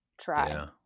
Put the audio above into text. try